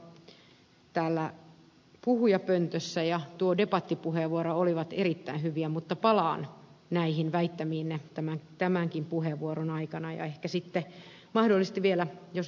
pitämänne puheenvuoro täältä puhujapöntöstä ja tuo debattipuheenvuoro olivat erittäin hyviä mutta palaan näihin väittämiinne tämänkin puheenvuoron aikana ja ehkä mahdollisesti vielä jos debatti jatkuu